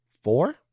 four